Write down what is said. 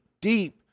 deep